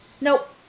Nope